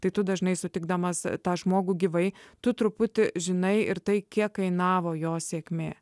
tai tu dažnai sutikdamas tą žmogų gyvai tu truputį žinai ir tai kiek kainavo jo sėkmė